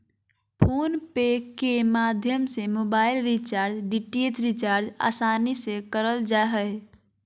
phone पे के माध्यम से मोबाइल रिचार्ज, डी.टी.एच रिचार्ज आसानी से करल जा हय